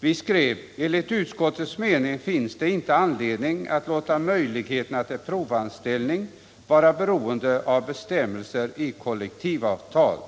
när vi skrev: ”Enligt utskottets mening finns det inte anledning att låta möjligheterna till provanställning vara beroende av bestämmelser i kollektivavtal.